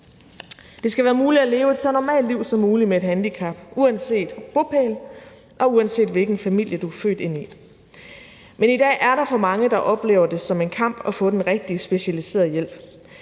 Det skal være muligt at leve et så normalt liv som muligt med et handicap uanset bopæl, og uanset hvilken familie du er født ind i. Men i dag er der for mange, der oplever det som en kamp at få den rigtige specialiserede hjælp.